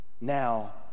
now